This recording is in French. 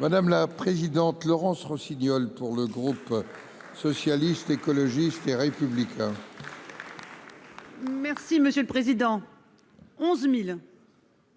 Madame la présidente, Laurence Rossignol pour le groupe socialiste, écologiste et républicain. Merci monsieur le président, 11000.